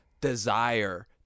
desire